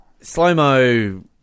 slow-mo